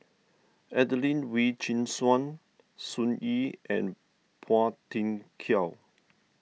Adelene Wee Chin Suan Sun Yee and Phua Thin Kiay